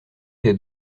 des